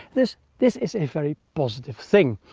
this this is a very positive thing!